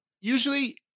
usually